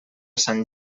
sant